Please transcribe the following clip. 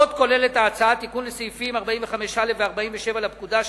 עוד כוללת ההצעה תיקון לסעיפים 45א ו-47 לפקודה,